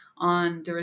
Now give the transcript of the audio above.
on